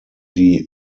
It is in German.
die